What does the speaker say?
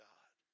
God